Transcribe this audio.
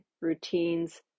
routines